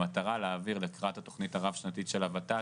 במטרה להעביר לקראת התוכנית הרב שנתית של הות"ת,